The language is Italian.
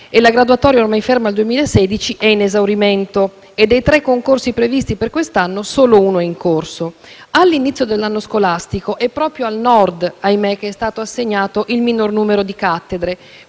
La graduatoria, ormai ferma al 2016, è in esaurimento e dei tre concorsi previsti per quest'anno solo uno è in corso. All'inizio dell'anno scolastico, è proprio al Nord, ahimè, che è stato assegnato il minor numero di cattedre,